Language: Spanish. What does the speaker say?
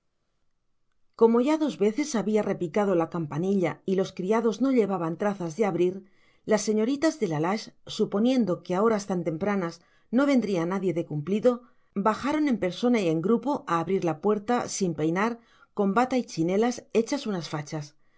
como ya dos veces había repicado la campanilla y los criados no llevaban trazas de abrir las señoritas de la lage suponiendo que a horas tan tempranas no vendría nadie de cumplido bajaron en persona y en grupo a abrir la puerta sin peinar con bata y chinelas hechas unas fachas